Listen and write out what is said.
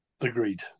agreed